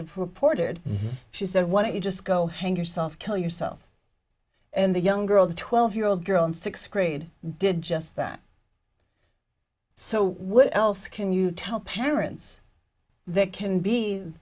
reported she said why don't you just go hang yourself kill yourself and the young girl the twelve year old girl in sixth grade did just that so what else can you tell parents that can be